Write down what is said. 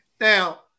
now